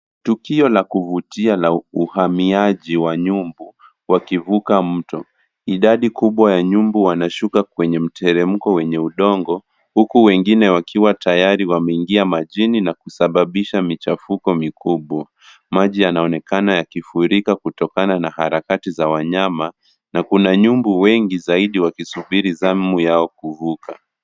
Tukio la kuvutia la uhamiaji wa nyumbu wakivuka mto. Idadi kubwa ya nyumbu wanashuka kwenye mteremko wenye udongo huku wengine wakiwa tayari wameingia majini na kusababisha michafuko mikubwa. Maji yanaonekana yakifurika kutokana na harakati za wanyama na kuna nyumbu wengi zaidi wakisubiri zamu yao kuvuka.